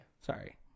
Sorry